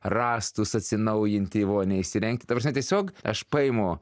rąstus atsinaujinti vonią įsirengt ta prasme tiesiog aš paimu